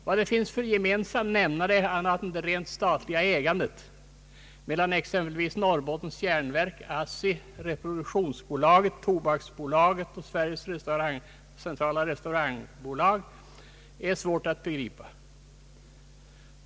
Vad det finns för gemensam nämnare — annat än det rent statliga ägandet — mellan exempelvis Norrbottens Järnverk, ASSI, Reproduktionsbolaget, Tobaksbolaget och Sveriges Centrala restaurangaktiebolag är svårt att begripa.